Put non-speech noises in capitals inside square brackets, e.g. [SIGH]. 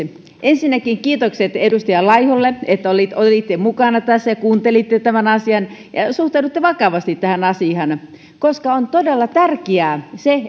ensinnäkin kiitokset edustaja laiholle että olitte mukana ja kuuntelitte tämän asian ja suhtauduitte vakavasti tähän asiaan koska on todella tärkeää se [UNINTELLIGIBLE]